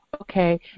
okay